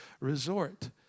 resort